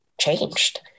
changed